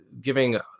giving